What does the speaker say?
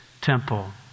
temple